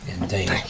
indeed